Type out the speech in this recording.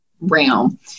realm